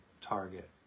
target